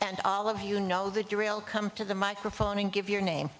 and all of you know the drill come to the microphone and give your name